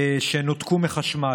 שנותקו מחשמל.